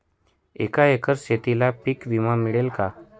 एका एकर शेतीला पीक विमा मिळेल का?